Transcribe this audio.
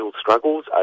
struggles